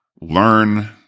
learn